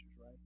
right